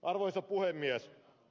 arvoisa puhemies